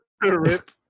Rip